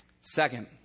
Second